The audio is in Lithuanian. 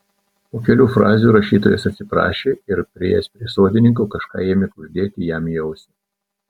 po kelių frazių rašytojas atsiprašė ir priėjęs prie sodininko kažką ėmė kuždėti jam į ausį